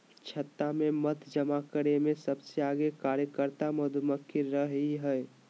छत्ता में मध जमा करे में सबसे आगे कार्यकर्ता मधुमक्खी रहई हई